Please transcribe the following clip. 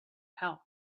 help